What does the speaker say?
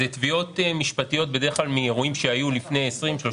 אלה תביעות משפטיות בדרך כלל מאירועים שהיו לפני 30-20 שנים,